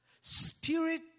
Spirit